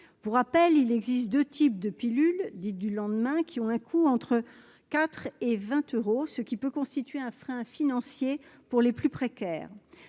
pour rappel : il existe 2 types de pilule dite du lendemain qui ont un coût : entre 4 et 20 euros, ce qui peut constituer un frein financier pour les plus précaires,